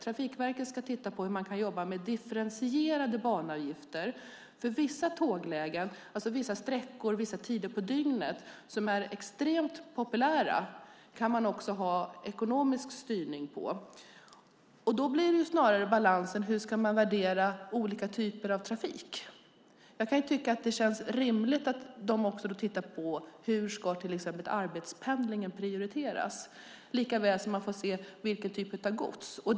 Trafikverket ska titta på hur man kan jobba med differentierade banavgifter. På vissa tåglägen, alltså vissa sträckor, vissa tider på dygnet, som är extremt populära kan man också ha ekonomisk styrning. Då handlar balansen snarare om hur man ska värdera olika typer av trafik. Jag kan tycka att det känns rimligt att de då också tittar på hur till exempel arbetspendlingen ska prioriteras, likaväl som man får se vilken typ av gods det handlar om.